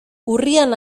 urrian